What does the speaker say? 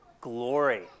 glory